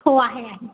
हो आहे आहे